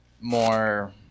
more